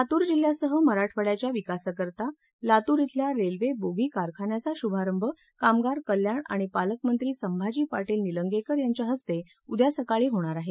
लातूर जिल्ह्यासह मराठवाडयाच्या विकासाकरता लातूर खिल्या रेल्वे बोगी कारखान्याचा शुभारंभ कामगार कल्याण आणि पालकमंत्री संभाजी पाटील निलंगेकर यांच्या हस्ते उद्या सकाळी होणार आहे